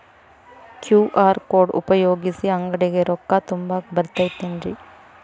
QR code ಉಪಯೋಗಿಸಿ, ಅಂಗಡಿಗೆ ರೊಕ್ಕಾ ತುಂಬಾಕ್ ಬರತೈತೇನ್ರೇ?